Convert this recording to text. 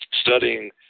studying